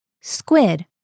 Squid